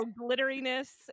glitteriness